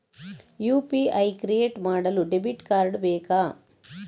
UPI create ಮಾಡಲು debit card ಬೇಕಾ?